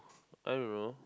I don't know